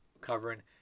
covering